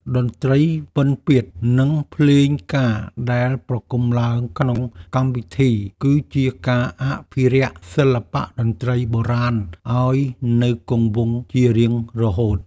តន្ត្រីពិណពាទ្យ និងភ្លេងការដែលប្រគំឡើងក្នុងកម្មវិធី គឺជាការអភិរក្សសិល្បៈតន្ត្រីបុរាណឱ្យនៅគង់វង្សជារៀងរហូត។